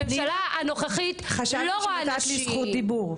הממשלה הנוכחית --- חשבתי שנתת לי זכות דיבור.